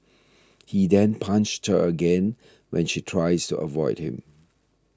he then punched her again when she tries to avoid him